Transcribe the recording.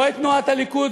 לא את תנועת הליכוד,